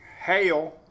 hail